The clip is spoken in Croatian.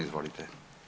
Izvolite.